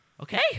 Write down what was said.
Okay